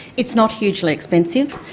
it's not hugely expensive.